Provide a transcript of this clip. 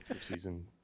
season